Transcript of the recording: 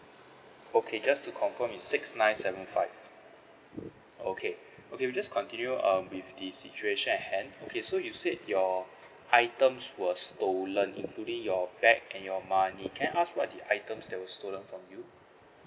okay just to confirm it's six nine seven five okay okay we just continue um with the situation at hand okay so you said your items were stolen including your bag and your money can I ask what the items that were stolen from you